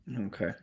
okay